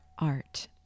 art